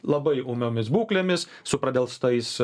labai ūmiomis būklėmis su pradelstais